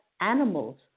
animals